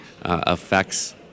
affects